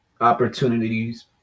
opportunities